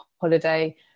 holiday